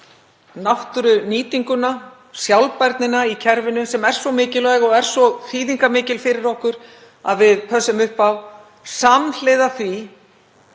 náttúrunýtinguna, sjálfbærnina í kerfinu sem er svo mikilvæg og svo þýðingarmikil fyrir okkur að við pössum upp á, samhliða því